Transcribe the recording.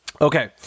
Okay